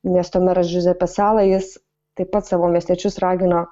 miesto meras džiuzepė sala jis taip pat savo miestiečius ragino